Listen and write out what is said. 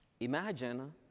Imagine